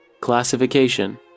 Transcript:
Classification